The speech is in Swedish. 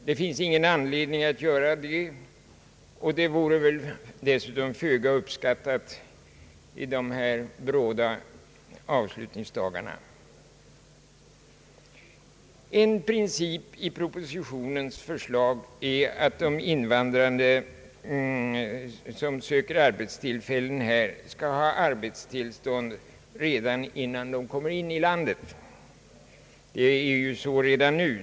Det finns ingen anledning att göra det, och det vore väl dessutom föga uppskattat i dessa bråda avslutningsdagar. En princip i propositionens förslag är att de invandrare som söker arbetstillfällen här skall ha arbetstillstånd redan innan de kommer in i landet. Det är ju så redan nu.